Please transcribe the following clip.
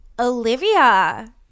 Olivia